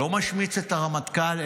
לא משמיץ את הרמטכ"ל,